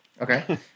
Okay